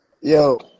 yo